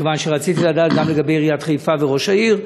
מכיוון שרציתי לדעת גם לגבי עיריית חיפה וראש העיר,